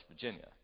Virginia